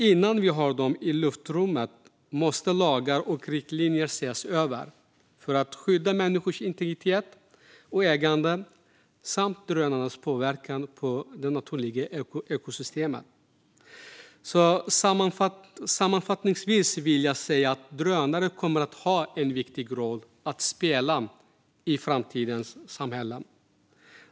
Innan vi har dem i luftrummet måste alltså lagar och riktlinjer ses över för att skydda människors integritet och ägande. Det handlar också om drönarnas påverkan på de naturliga ekosystemen. Sammanfattningsvis vill jag säga att drönare kommer att ha en viktig roll att spela i framtidens samhälle.